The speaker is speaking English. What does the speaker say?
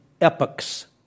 epochs